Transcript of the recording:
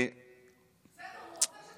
כל הכבוד.